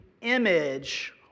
image